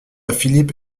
philippe